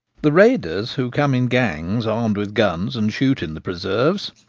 the raiders, who come in gangs armed with guns and shoot in the preserves,